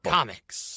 Comics